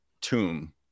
tomb